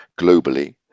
globally